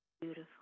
Beautiful